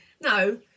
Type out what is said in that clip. No